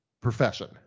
profession